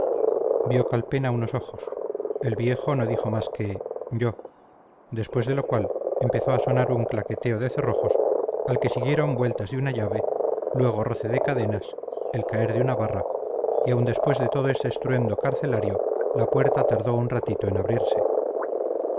vio calpena unos ojos el viejo no dijo más que yo después de lo cual empezó a sonar un claqueteo de cerrojos al que siguieron vueltas de una llave luego roce de cadenas el caer de una barra y aun después de todo este estruendo carcelario la puerta tardó un ratito en abrirse